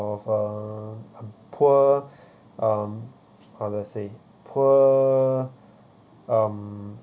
a poor um how do I say poor um